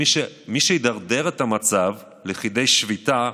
מי שידרדר את המצב לכדי שביתה,